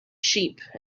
sheep